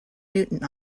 newton